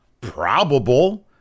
probable